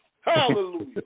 Hallelujah